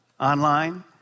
online